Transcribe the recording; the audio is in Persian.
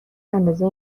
اندازه